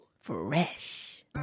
Fresh